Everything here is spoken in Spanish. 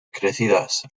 crecidas